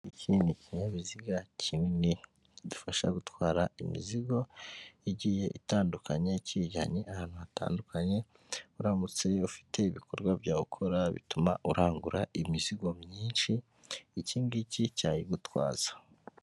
Ikindi kinyabiziga kininidufasha gutwara imizigo igiye itandukanye kijyanye ahantu hatandukanye uramutse ufite ibikorwa bya ukora bituma urangura imizigo myinshi ikingiki cyayigutwaza.